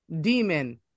demon